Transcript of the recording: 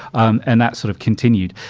um and that sort of continued.